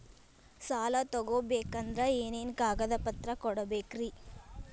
ಸಾಲ ತೊಗೋಬೇಕಂದ್ರ ಏನೇನ್ ಕಾಗದಪತ್ರ ಕೊಡಬೇಕ್ರಿ?